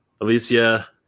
alicia